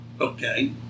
okay